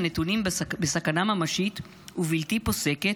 הנתונים בסכנה ממשית ובלתי פוסקת,